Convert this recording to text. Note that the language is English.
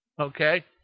okay